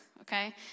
okay